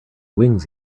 wings